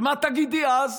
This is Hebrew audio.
ומה תגידי אז?